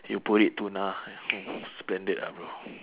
you put it tuna splendid ah bro